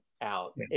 out